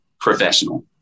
professional